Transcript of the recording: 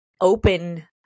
open